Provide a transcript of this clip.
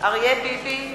אריה ביבי,